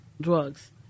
drugs